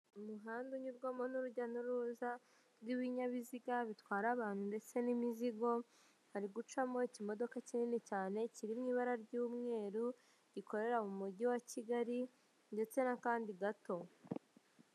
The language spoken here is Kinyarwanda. Umuhanda unyurwamo n'urujya n'uruza rw'ibinyabiziga bitwara abantu ndetse n'imizigo, hari gucamo ikimodoka kinini cyane kiri mu ibara ry'umweru gikorera mu mujyi wa Kigali ndetse n'akandi gato.